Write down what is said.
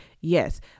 Yes